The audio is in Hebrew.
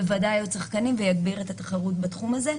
שנייה, שנייה.